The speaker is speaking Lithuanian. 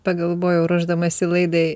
pagalvojau ruošdamasi laidai